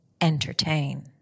entertain